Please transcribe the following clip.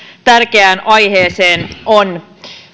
tärkeään aiheeseen on